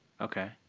Okay